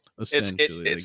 Essentially